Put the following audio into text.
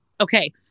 Okay